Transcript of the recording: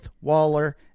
Waller